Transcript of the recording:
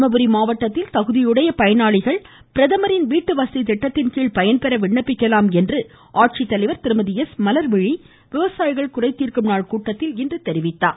தருமபுரி மாவட்டத்தில் தகுதியுடைய பயனாளிகள் பிரதமரின் வீட்டுவசதி திட்டத்தின்கீழ் பயன்பெற விண்ணப்பிக்கலாம் என ஆட்சித்தலைவர் திருமதி எஸ் மலர்விழி விவசாயிகள் குறைதீர்நாள் கூட்டத்தில் இன்று தெரிவித்துள்ளார்